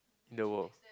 in the world